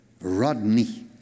Rodney